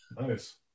Nice